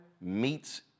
meets